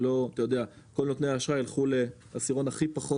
שלא כל נותני האשראי ילכו לעשירון הכי פחות